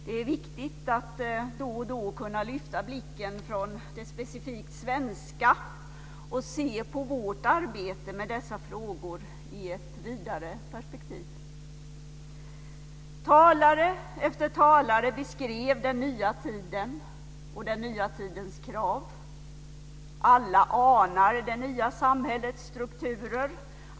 Det är viktigt att då och då kunna lyfta blicken från det specifikt svenska och se på vårt arbete med dessa frågor i ett vidare perspektiv. Talare efter talare beskrev den nya tiden och den nya tidens krav. Alla anar det nya samhällets strukturer.